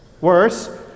worse